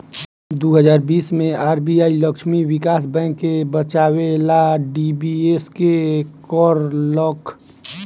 दू हज़ार बीस मे आर.बी.आई लक्ष्मी विकास बैंक के बचावे ला डी.बी.एस.के करलख